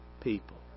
people